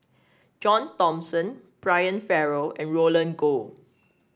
John Thomson Brian Farrell and Roland Goh